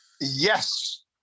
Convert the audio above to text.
Yes